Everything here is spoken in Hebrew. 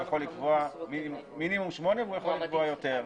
הוא יכול לקבוע מינימום שמונה והוא יכול לקבוע יותר,